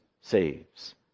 saves